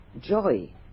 joy